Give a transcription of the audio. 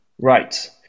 Right